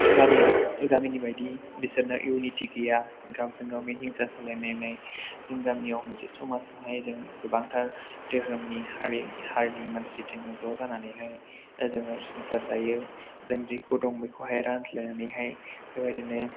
गामिनिबायदि बिसोरना युनिटि गैया गावजों गावनो हिंसा जालाय लायनाय जोंनि गामिआव मोनसे समाजावहाय जों गोबांथार धोरोमनि हारिनि मानसि ज' जानैहाय जोङो संसार जायो जों जेखौ दं बेखौहाय रानलायनानैहाय बेबायदिनो